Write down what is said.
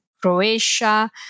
Croatia